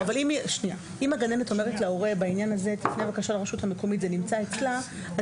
אם הגננת אומרת להורה בעניין הזה תפנה בבקשה לרשות המקומית כי זה אצלה ,